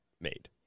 made